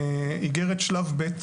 איגרת שלב ב'